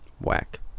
Whack